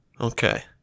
Okay